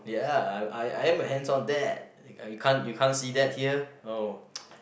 ya I I am a hands on dad you can't you can't see that here oh